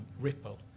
Ripple